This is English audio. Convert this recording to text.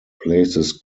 places